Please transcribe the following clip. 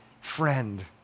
friend